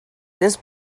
this